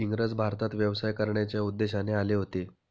इंग्रज भारतात व्यवसाय करण्याच्या उद्देशाने आले होते